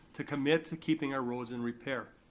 to commit to keeping our roads in repair.